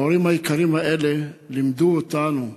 ההורים היקרים האלה לימדו אותנו,